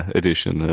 edition